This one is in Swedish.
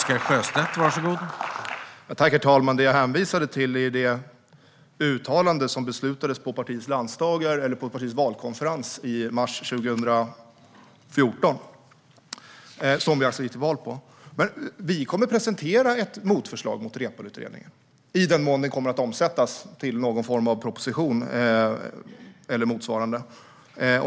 Herr talman! Det jag hänvisade till var det uttalande som beslutades på partiets valkonferens i mars 2014. Det var det vi gick till val på. Vi kommer att presentera ett motförslag mot Reepaluutredningen i den mån den kommer att omsättas till någon form av proposition eller motsvarande.